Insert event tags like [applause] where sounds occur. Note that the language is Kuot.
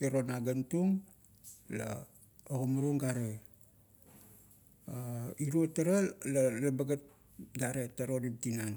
Iro nagantung la ogimarung gare, [hesitation] irio tara la, laba gat gare tara onim tinan